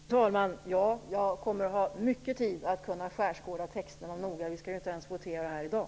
Fru talman! Ja, jag kommer att ha mycket tid att skärskåda texterna noga. Vi skall ju inte ens votera i dag.